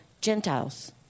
Gentiles